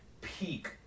peak